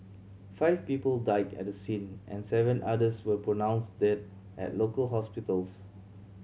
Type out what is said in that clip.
five people died at the scene and seven others were pronounced dead at local hospitals